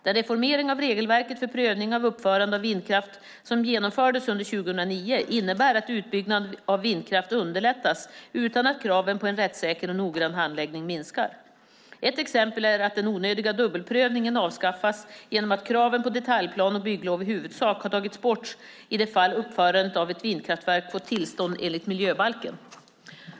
Den reformering av regelverket för prövning av uppförande av vindkraft som genomfördes under 2009 innebär att utbyggnaden av vindkraft underlättas utan att kraven på en rättssäker och noggrann handläggning minskar. Ett exempel är att den onödiga dubbelprövningen avskaffats genom att kraven på detaljplan och bygglov i huvudsak har tagits bort i det fall uppförandet av ett vindkraftverk fått tillstånd enligt miljöbalken.